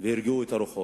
והרגיעו את הרוחות,